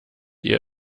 ihr